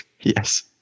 Yes